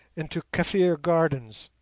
into kaffir gardens,